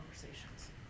conversations